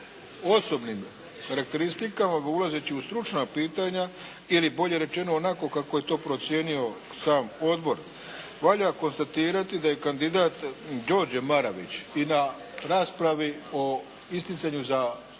osobnim karakteristikama, nego ulazeći u stručna pitanja ili bolje rečeno onako kako je procijenio sam odbor valja konstatirati da i kandidat Đorđe Maravić i na raspravi o isticanju za listu